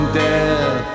death